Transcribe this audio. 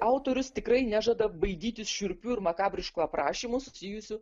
autorius tikrai nežada baidytis šiurpių ir makabriškų aprašymų susijusių